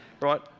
right